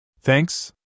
Thanks